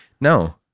No